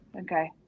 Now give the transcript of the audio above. Okay